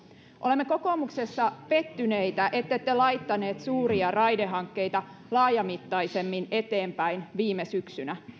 olemme kokoomuksessa pettyneitä ettette laittaneet suuria raidehankkeita laajamittaisemmin eteenpäin viime syksynä